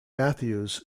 matthews